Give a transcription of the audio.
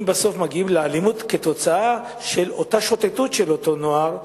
אם בסוף מגיעים לאלימות כתוצאה מאותה שוטטות של אותו נוער,